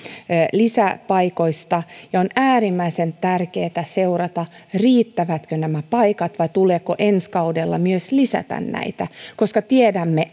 lisäpaikoista ja on äärimmäisen tärkeätä seurata riittävätkö nämä paikat vai tuleeko ensi kaudella myös lisätä näitä koska tiedämme